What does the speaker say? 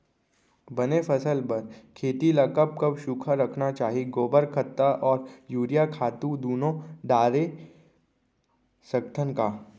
बने फसल बर खेती ल कब कब सूखा रखना चाही, गोबर खत्ता और यूरिया खातू दूनो डारे सकथन का?